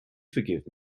forgive